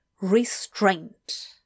Restraint